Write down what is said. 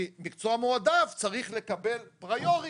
כי מקצוע מועדף צריך לקבל priority,